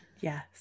Yes